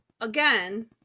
again